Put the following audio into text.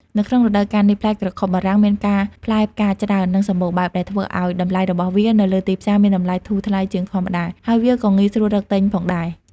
នៅក្នុងរដូវកាលនេះ ផ្លែក្រខុបបារាំងមានការផ្លែផ្កាច្រើន និងសម្បូរបែប ដែលធ្វើឱ្យតម្លៃរបស់វានៅលើទីផ្សារមានតម្លៃធូរថ្លៃជាងធម្មតា ហើយវាក៏ងាយស្រួលរកទិញផងដែរ។